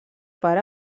pare